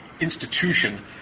institution